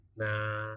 na